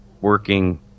working